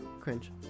cringe